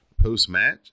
Post-match